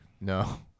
No